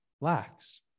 lax